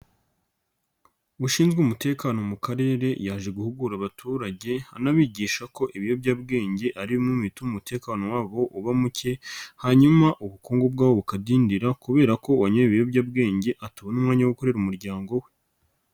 Ushinzwe umutekano mu karere yaje guhugura abaturage, anabigisha ko ibiyobyabwenge ari bimwe mu bituma umutekano wabo uba muke, hanyuma ubukungu bwawo bukadindira kubera ko uwanyoye ibiyobyabwenge atabona umwanya wo gukorera umuryango we.